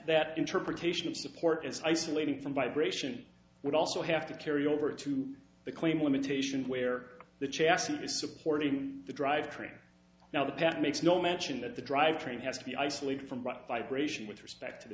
that interpretation of support is isolating from vibration would also have to carry over to the claim limitation where the chassis is supporting the drive train now that that makes no mention that the drive train has to be isolated from vibration with respect to the